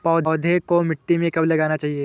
पौधें को मिट्टी में कब लगाना चाहिए?